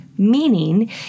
meaning